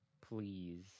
please